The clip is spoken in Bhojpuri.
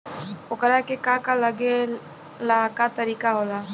ओकरा के का का लागे ला का तरीका होला?